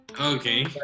Okay